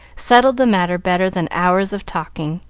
settled the matter better than hours of talking,